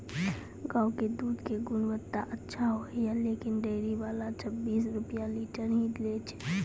गांव के दूध के गुणवत्ता अच्छा होय या लेकिन डेयरी वाला छब्बीस रुपिया लीटर ही लेय छै?